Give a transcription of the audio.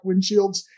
windshields